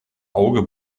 auge